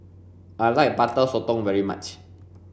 I like butter sotong very much